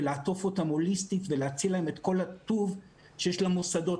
לעטוף אותם הוליסטית ולהציע להם את כל הטוב שיש למוסדות.